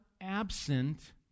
absent